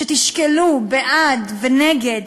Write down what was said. שתשקלו בעד ונגד,